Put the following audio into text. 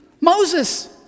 Moses